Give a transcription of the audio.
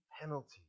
penalty